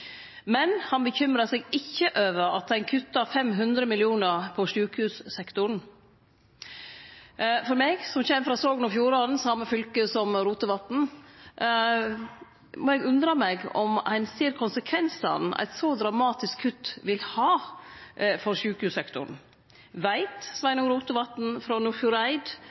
Men han bekymra seg ikkje over at ein kutta 500 mill. kr på sjukehussektoren. Eg som kjem frå Sogn og Fjordane, same fylket som Rotevatn, må undre meg om ein ser konsekvensane eit så dramatisk kutt vil ha for sjukehussektoren. Veit Sveinung Rotevatn frå